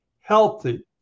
healthy